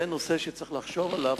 זה נושא שצריך לחשוב עליו,